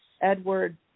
Edward